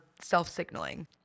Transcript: self-signaling